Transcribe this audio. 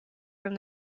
from